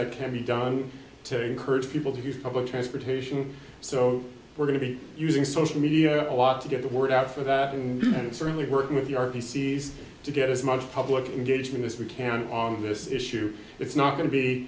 that can be done to encourage people to use public transportation so we're going to be using social media a lot to get the word out for that and certainly work with your p c s to get as much public engagement as we can on this issue it's not going to be